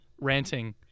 ranting